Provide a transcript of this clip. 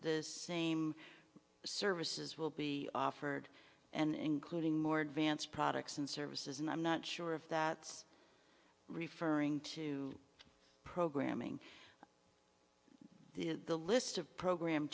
the same services will be offered and including more advanced products and services and i'm not sure if that's referring to programming the list of program